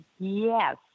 Yes